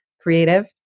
creative